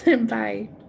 Bye